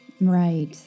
right